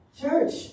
Church